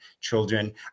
children